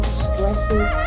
stresses